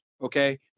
okay